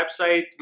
website